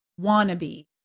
wannabe